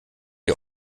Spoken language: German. die